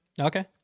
Okay